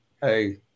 hey